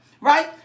right